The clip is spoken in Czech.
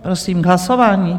Prosím, k hlasování?